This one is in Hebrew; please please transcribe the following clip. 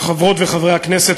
חברות וחברי הכנסת,